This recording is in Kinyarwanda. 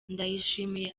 ndayishimiye